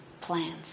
plans